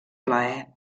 plaer